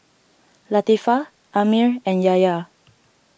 Latifa Ammir and Yahya